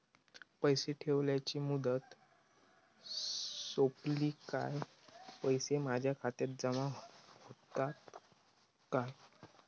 पैसे ठेवल्याची मुदत सोपली काय पैसे माझ्या खात्यात जमा होतात काय?